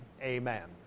Amen